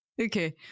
Okay